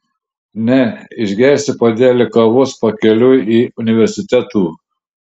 ne išgersiu puodelį kavos pakeliui į universitetų